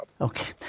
Okay